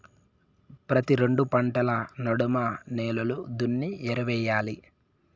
ప్రతి రెండు పంటల నడమ నేలలు దున్ని ఎరువెయ్యాలి